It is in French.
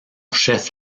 chef